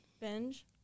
Binge